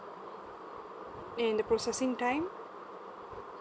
and the processing time